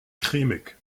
cremig